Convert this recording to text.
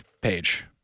page